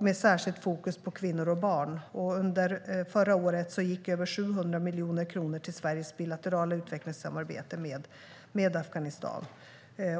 med särskilt fokus på kvinnor och barn. Under förra året gick över 700 miljoner kronor till Sveriges bilaterala utvecklingssamarbete med Afghanistan.